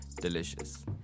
delicious